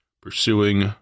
Pursuing